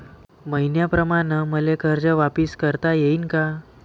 मईन्याप्रमाणं मले कर्ज वापिस करता येईन का?